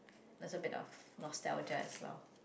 that's a bit of nostalgia as well